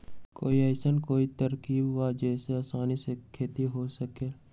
कोई अइसन कोई तरकीब बा जेसे आसानी से खेती हो सके?